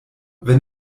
wenn